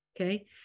okay